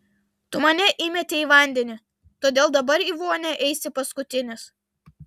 tu mane įmetei į vandenį todėl dabar į vonią eisi paskutinis